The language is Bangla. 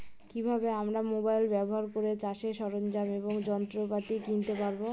কি ভাবে আমরা মোবাইল ব্যাবহার করে চাষের সরঞ্জাম এবং যন্ত্রপাতি কিনতে পারবো?